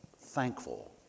thankful